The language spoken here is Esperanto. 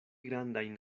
grandajn